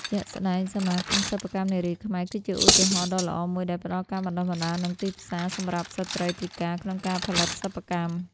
ជាក់ស្ដែង សមាគមសិប្បកម្មនារីខ្មែរ គឺជាឧទាហរណ៍ដ៏ល្អមួយដែលផ្តល់ការបណ្តុះបណ្តាល និងទីផ្សារសម្រាប់ស្ត្រីពិការក្នុងការផលិតសិប្បកម្ម។